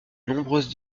nombreuses